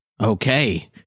Okay